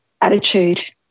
attitude